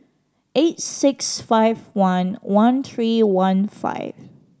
eight six five one one three one five